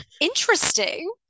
interesting